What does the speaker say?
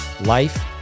Life